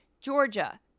Georgia